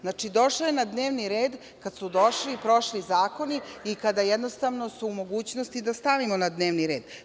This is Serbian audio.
Znači, došao je na dnevni red kada su došli i prošli zakoni i kada smo u mogućnosti da stavimo na dnevni red.